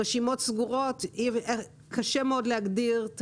רשימות סגורות, קשה מאוד להגדיר.